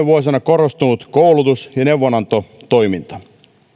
vuosina korostunut koulutus ja neuvonantotoiminta